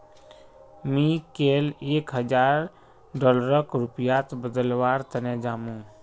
मी कैल एक हजार डॉलरक रुपयात बदलवार तने जामु